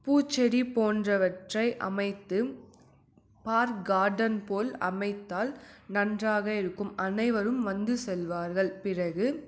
பூச்செடி போன்றவற்றை அமைத்து பார்க் கார்டன் போல் அமைத்தால் நன்றாக இருக்கும் அனைவரும் வந்து செல்வார்கள் பிறகு